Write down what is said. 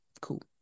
cool